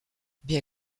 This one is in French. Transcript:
bien